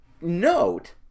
note